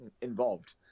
involved